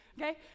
okay